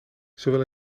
zowel